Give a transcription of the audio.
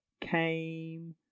came